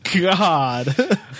God